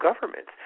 governments